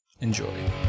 Enjoy